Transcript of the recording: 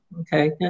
okay